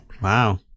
Wow